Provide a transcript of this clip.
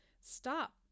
Stop